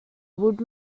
would